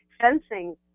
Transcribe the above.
Fencing